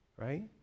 right